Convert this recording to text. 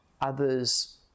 others